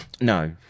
no